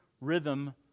rhythm